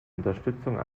unterstützung